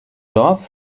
dorf